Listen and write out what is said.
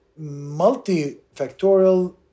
multifactorial